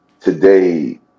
today